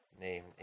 name